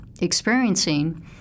experiencing